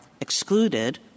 excluded